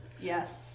Yes